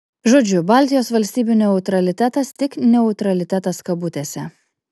žodžiu baltijos valstybių neutralitetas tik neutralitetas kabutėse